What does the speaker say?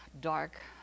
dark